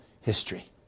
history